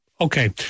Okay